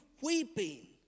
weeping